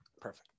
Perfect